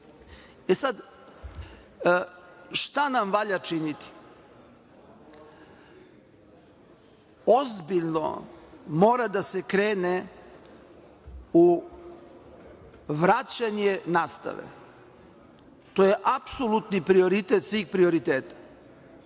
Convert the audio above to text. je. Šta nam valja činiti? Ozbiljno mora da se krene u vraćanje nastave. To je apsolutno prioritet svih prioriteta.